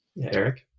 Eric